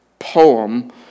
Poem